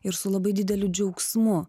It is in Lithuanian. ir su labai dideliu džiaugsmu